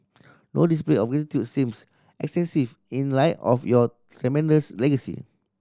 no display of gratitude seems excessive in light of your tremendous legacy